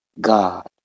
God